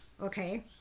Okay